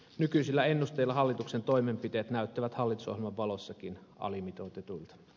nykyisillä ennusteilla hallituksen toimenpiteet näyttävät hallitusohjelman valossakin alimitoitetuilta